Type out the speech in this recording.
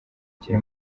kiri